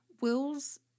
Will's